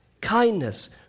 Kindness